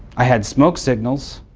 i had smoke signals,